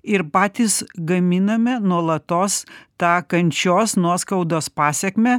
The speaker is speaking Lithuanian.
ir patys gaminame nuolatos tą kančios nuoskaudos pasekmę